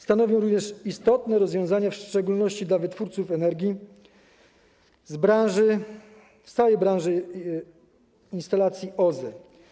Stanowią one również istotne rozwiązanie, w szczególności dla wytwórców energii z całej branży instalacji OZE.